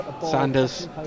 Sanders